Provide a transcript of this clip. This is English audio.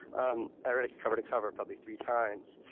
um i read it cover to cover probably three times.